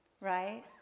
right